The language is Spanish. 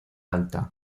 alta